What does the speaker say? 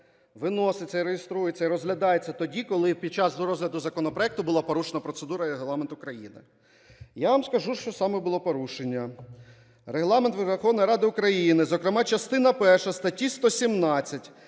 виноситься, реєструється і розглядається тоді, коли під час розгляду законопроекту була порушена процедура і Регламент України Я вам скажу, що саме було порушено. Регламент Верховної Ради України, зокрема частина перша статті 117,